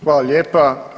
Hvala lijepa.